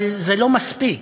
אבל זה לא מספיק.